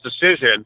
decision